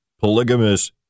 polygamous